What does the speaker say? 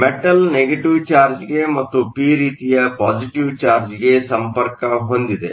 metal negative charge ಗೆ ಮತ್ತು P ರೀತಿಯ ಪಾಸಿಟಿವ್ ಚಾರ್ಜ್Posiive chargeಗೆ ಸಂಪರ್ಕ ಹೊಂದಿದೆ